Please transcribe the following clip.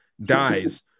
dies